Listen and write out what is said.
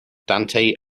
dante